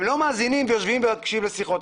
הם לא מאזינים ומקשיבים לשיחות,